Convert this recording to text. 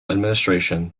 administration